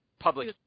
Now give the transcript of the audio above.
Public